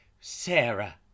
Sarah